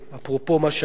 רבני שכונות,